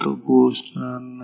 तो पोहोचणार नाही